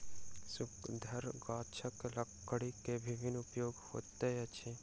शंकुधर गाछक लकड़ी के विभिन्न उपयोग होइत अछि